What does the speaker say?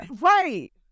right